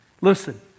Listen